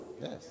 Yes